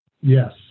Yes